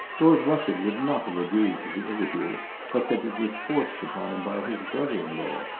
lord rufford would not have agreed to the interview but that it was forced upon him by his brother-in-law.